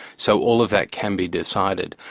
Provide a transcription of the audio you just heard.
so all of that can be decided.